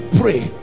pray